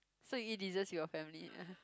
so you eat desserts with your family ah